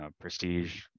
prestige